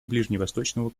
ближневосточного